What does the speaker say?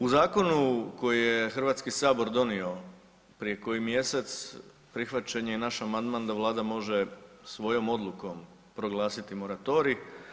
U zakonu koji je Hrvatski sabor donio prije koji mjesec prihvaćen je i naš amandman da Vlada može svojom odlukom proglasiti moratorij.